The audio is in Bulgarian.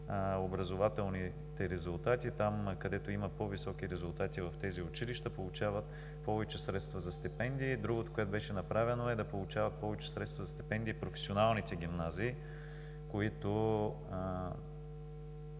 образователните резултати. Там, където има по-високи резултати в тези училища, получават повече средства за стипендии. Другото, което беше направено, е да получават повече средства за стипендии професионалните гимназии, които